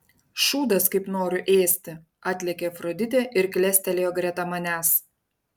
šūdas kaip noriu ėsti atlėkė afroditė ir klestelėjo greta manęs